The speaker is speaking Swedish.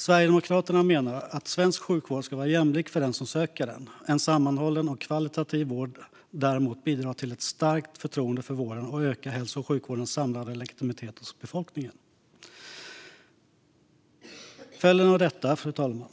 Sverigedemokraterna menar att svensk sjukvård ska vara jämlik för den som söker den. En sammanhållen och högkvalitativ vård bidrar till ett starkt förtroende för vården och ökar hälso och sjukvårdens samlade legitimitet hos befolkningen. Följden av detta, fru talman,